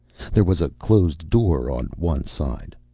there was a closed door on one side.